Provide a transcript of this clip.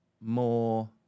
more